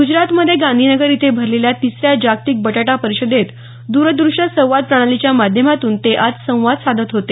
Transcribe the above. गुजराथमध्ये गांधीनगर इथं भरलेल्या तिसऱ्या जागतिक बटाटा परिषदेत दूरदृश्य संवाद प्रणालीच्या माध्यमातून ते आज संवाद साधत होते